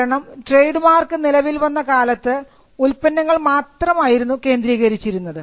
കാരണം ട്രേഡ്മാർക്ക് നിലവിൽ വന്ന കാലത്ത് ഉൽപ്പന്നങ്ങൾ മാത്രമായിരുന്നു കേന്ദ്രീകരിച്ചിരുന്നത്